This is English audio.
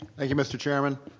thank you, mr. chairman.